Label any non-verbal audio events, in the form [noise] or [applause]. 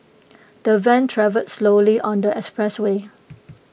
[noise] the van travelled slowly on the expressway